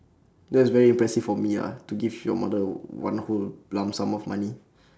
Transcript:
that's very impressive for me ya to give your mother one whole lump sum of money